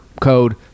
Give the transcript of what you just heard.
code